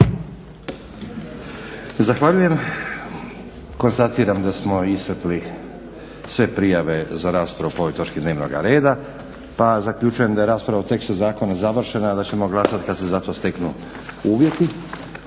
Zahvaljujem. Konstatiram da smo iscrpili sve prijave za raspravu po ovoj točki dnevnog reda pa zaključujem da je rasprava o tekstu zakona završena, a da ćemo glasat kad se za to steknu uvjeti.